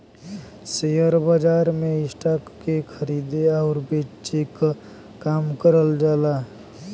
share बाजार में stock के खरीदे आउर बेचे क काम करल जाला